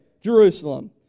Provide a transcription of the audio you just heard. Jerusalem